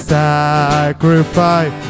sacrifice